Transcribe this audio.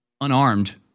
unarmed